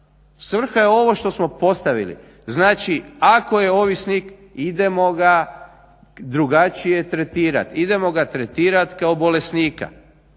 Svrha je ovo što smo postavili, znači ako je ovisnik idemo ga drugačije tretirati, idemo ga tretirati kao bolesnika.